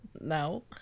No